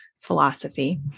philosophy